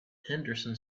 henderson